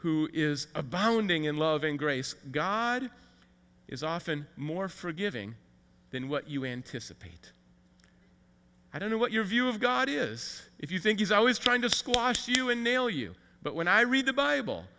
who is a bonding and loving grace god is often more forgiving than what you in to support i don't know what your view of god is if you think he's always trying to squash you and nail you but when i read the bible